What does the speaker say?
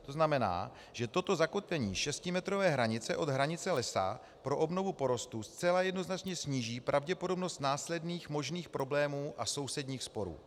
To znamená, že toto zakotvení šestimetrové hranice od hranice lesa pro obnovu porostu zcela jednoznačně sníží pravděpodobnost následných možných problémů a sousedních sporů.